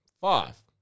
five